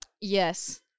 yes